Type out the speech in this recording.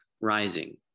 rising